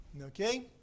Okay